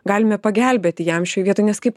galime pagelbėti jam šioj vietoj nes kaip